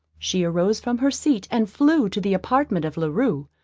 she arose from her seat, and flew to the apartment of la rue.